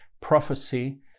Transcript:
Prophecy